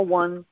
one